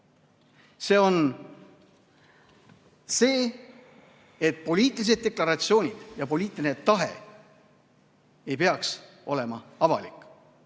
on see, et poliitilised deklaratsioonid ja poliitiline tahe ei peaks olema avalikud.